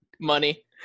Money